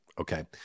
Okay